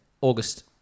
august